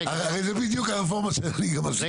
הרי זו בדיוק הרפורמה שאני מסביר.